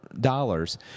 dollars